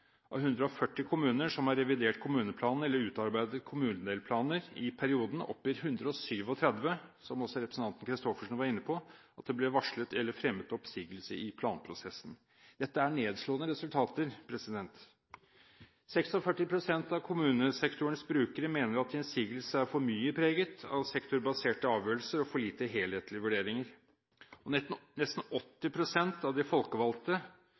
Av 140 kommuner som har revidert kommuneplanen eller utarbeidet kommunedelplaner i perioden, oppgir 137 – som også representanten Christoffersen var inne på – at det ble varslet eller fremmet innsigelse i planprosessen. Dette er nedslående resultater. 46 pst. av kommunesektorens brukere mener at innsigelse er for mye preget av sektorbaserte avgjørelser og for lite av helhetlige vurderinger. Nesten 80 pst. av de folkevalgte